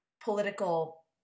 political